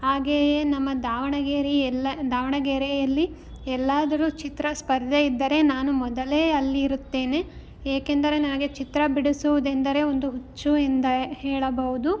ಹಾಗೆಯೇ ನಮ್ಮ ದಾವಣಗೆರೆ ಎಲ್ಲ ದಾವಣಗೆರೆಯಲ್ಲಿ ಎಲ್ಲಾದರು ಚಿತ್ರ ಸ್ಪರ್ಧೆ ಇದ್ದರೆ ನಾನು ಮೊದಲೇ ಅಲ್ಲಿರುತ್ತೇನೆ ಏಕೆಂದರೆ ನನಗೆ ಚಿತ್ರ ಬಿಡಿಸುವುದೆಂದರೆ ಒಂದು ಹುಚ್ಚು ಎಂದೇ ಹೇಳಬಹುದು